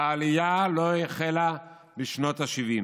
העלייה לא החלה בשנות השבעים.